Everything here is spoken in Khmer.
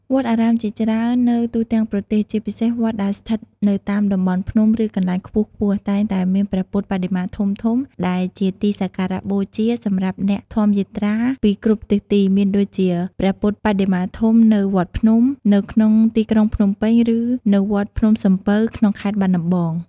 វត្តអារាមជាច្រើននៅទូទាំងប្រទេស ជាពិសេសវត្តដែលស្ថិតនៅតាមតំបន់ភ្នំ ឬកន្លែងខ្ពស់ៗ តែងតែមានព្រះពុទ្ធបដិមាធំៗដែលជាទីគោរពសក្ការៈបូជាសម្រាប់អ្នកធម្មយាត្រាពីគ្រប់ទិសទី មានដូចជា ព្រះពុទ្ធបដិមាធំនៅវត្តភ្នំ នៅក្នុងទីក្រុងភ្នំពេញ ឬនៅវត្តភ្នំសំពៅ ក្នុងខេត្តបាត់ដំបង។